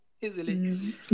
easily